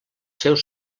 seus